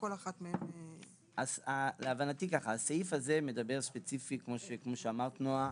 להבנתי, כמו שאמרת נעה,